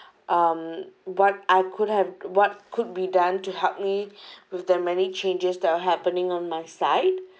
um what I could have what could be done to help me with the many changes that are happening on my side